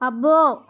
అబ్బో